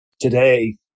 Today